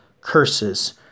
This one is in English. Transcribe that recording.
curses